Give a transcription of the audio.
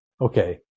okay